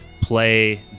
play